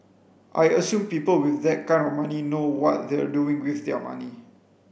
I assume people with that kind of money know what they're doing with their money